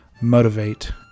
motivate